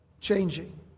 changing